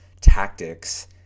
tactics